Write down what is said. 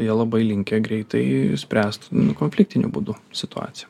jie labai linkę greitai spręst nu konfliktiniu būdu situaciją